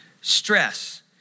stress